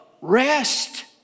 rest